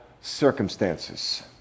circumstances